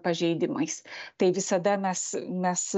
pažeidimais tai visada mes mes